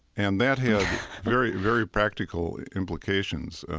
and that had very very practical implications.